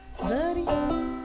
Buddy